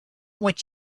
what